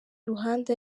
ruhande